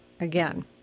again